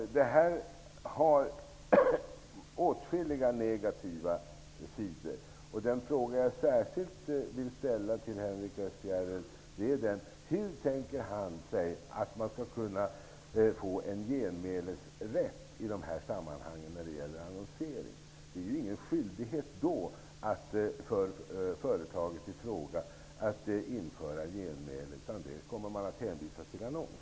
Här finns åtskilliga negativa sidor. Den fråga jag särskilt vill ställa till Henrik S Järrel är: Hur tänker sig Henrik S Järrel att man skall kunna få en genmälesrätt när det gäller annonsering? Då finns det ingen skyldighet för företaget i fråga att införa genmäle, utan man kommer att hänvisa till annons.